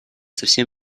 совсем